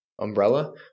umbrella